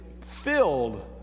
filled